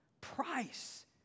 price